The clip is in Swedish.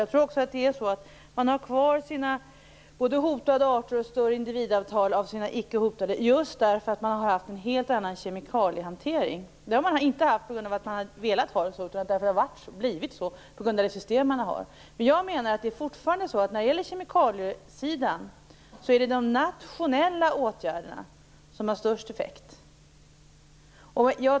Jag tror också att det förhållandet att man har kvar sina hotade arter och har ett större in dividantal inom sina icke hotade arter beror på att man har haft en helt annan kemikaliehantering. Skälet till det är inte att man har velat ha det så, utan det har blivit så på grund av det system som man har. Jag menar att det på kemikaliesidan fortfarande är de nationella åtgärderna som har den största effekten.